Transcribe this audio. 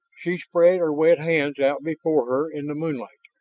she spread her wet hands out before her in the moonlight,